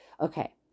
Okay